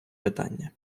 питання